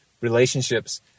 relationships